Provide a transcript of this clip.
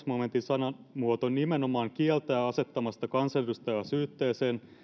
momentin sanamuoto nimenomaan kieltää asettamasta kansanedustajaa syytteeseen